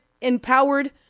empowered